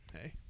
Hey